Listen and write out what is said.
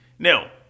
Now